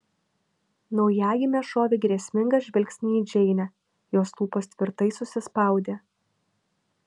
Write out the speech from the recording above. naujagimė šovė grėsmingą žvilgsnį į džeinę jos lūpos tvirtai susispaudė